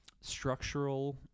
structural